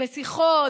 בשיחות,